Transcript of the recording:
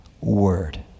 word